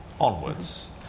onwards